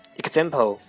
example